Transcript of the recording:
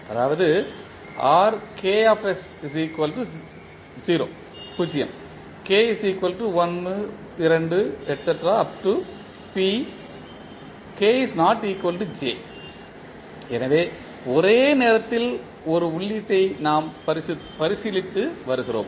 அதாவது எனவே ஒரு நேரத்தில் ஒரு உள்ளீட்டை நாம் பரிசீலித்து வருகிறோம்